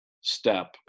step